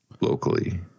locally